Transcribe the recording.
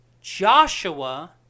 Joshua